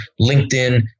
LinkedIn